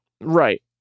Right